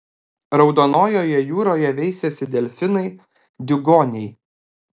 raudonojoje jūroje veisiasi delfinai diugoniai